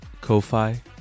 Ko-Fi